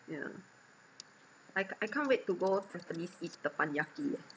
yeah I can't I can't wait to go tampines eat teppanyaki eh